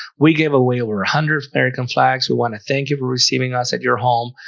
we gave away over a hundred american flags we want to thank you for receiving us at your home.